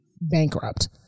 bankrupt